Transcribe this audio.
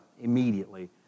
immediately